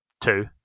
two